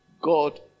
God